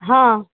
हँ